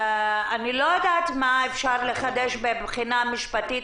אני לא יודעת מה אפשר לחדש מבחינה משפטית.